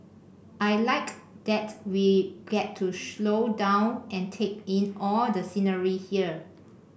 I like that we get to slow down and take in all the scenery here